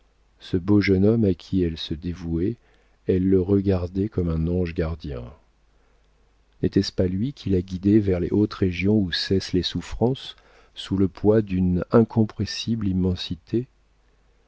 ce beau jeune homme à qui elle se dévouait elle le regardait comme un ange gardien n'était-ce pas lui qui la guidait vers les hautes régions où cessent les souffrances sous le poids d'une incompréhensible immensité